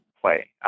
play